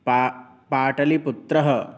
पा पाटलिपुत्रः